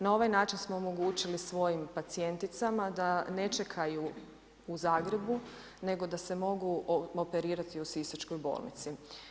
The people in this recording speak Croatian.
Na ovaj način smo omogućili svojim pacijenticama da ne čekaju u Zagrebu, nego da se mogu operirati i u sisačkoj bolnici.